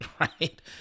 right